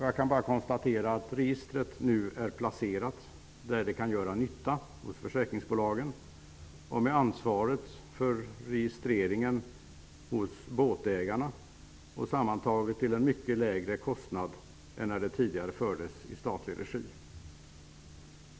Jag kan bara konstatera att registret nu är placerat hos försäkringsbolagen där det kan göra nytta. Båtägarna har ansvaret för registreringen. Kostnaden är nu mycket lägre än när registret fördes i statlig regi.